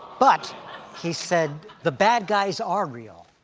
but he said the bad guys are real.